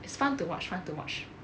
it's fun to watch fun to watch